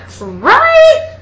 right